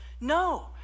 No